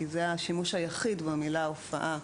כי זה השימוש היחיד במילה "הופעה"